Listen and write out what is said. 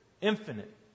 Infinite